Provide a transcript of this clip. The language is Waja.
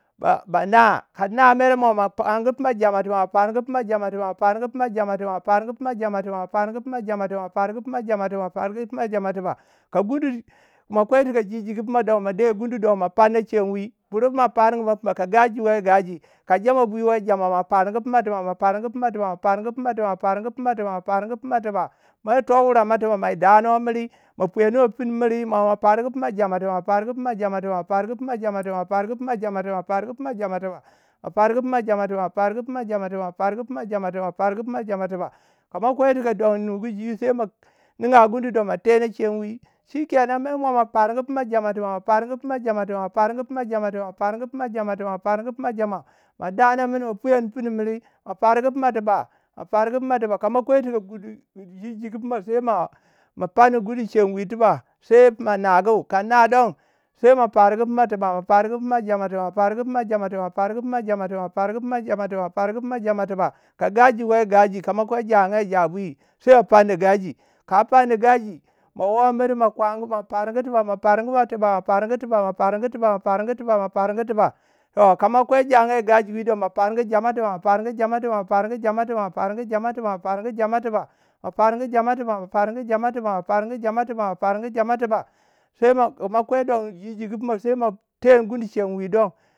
ma fargu fina jamu tiba ma fargu fina jama tiba ma fargu fina jama tiba ma fargu fina jama tiba kama kwai cika ji jigu funa ma de gundu don ma farna chem wi bar ma fargm fina ka huji aki to gaji ka jama wai jama ma fargu fina tiba ma fargu fina tuba ma fargu fina tiba ma fargu fina tiba ma fargu fina tiba mer to waromai sanu wai muri ma fuyankwai funa miri mo fargu fina jama tiba ma fargu fina jama tiba ma fargu fina jama tiba ma fargu fina jama tiba ma fargu fina jama tiba ma fargu fina jama tiba kwama kwai funa nugu ji ma farman funa gundu a vhemwi bar mafargu fina jama ma fargu fina jama ma dama miri ma fuyan funu miri bur margufina jama tiba ma fargu fina tiba ka ma kwai cika ji jigu fina ma farnu gundu chemwi funa naga kanai don fargu fina tiba ma fargu fina jama tiba fargu fina jama tiba ma fargu fina jama tiba ka gaji wai gaji mawo miri ma fargu fina tiba ma fargu fina tiba ka ma kwai fina jagangu yi gaji bur ma fargu jama tiba ma fargu jama tiba ma fargu jama tiba ka ma kwai ji jigy fina ma tenu gundu a chemwi